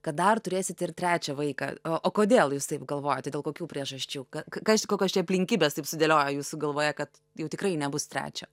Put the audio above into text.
kad dar turėsite ir trečią vaiką o o kodėl jūs taip galvojate dėl kokių priežasčių ka kas čia kokios čia aplinkybės taip sudėliojo jūsų galvoje kad jau tikrai nebus trečio